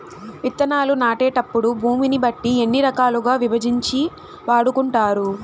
విత్తనాలు నాటేటప్పుడు భూమిని బట్టి ఎన్ని రకాలుగా విభజించి వాడుకుంటారు?